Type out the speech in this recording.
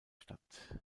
statt